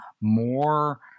more